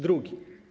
Drugi.